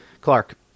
Clark